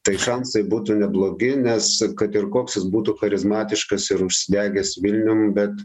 tai šansai būtų neblogi nes kad ir koks jis būtų charizmatiškas ir užsidegęs vilnium bet